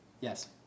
Yes